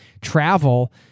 travel